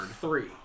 Three